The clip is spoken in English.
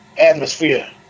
atmosphere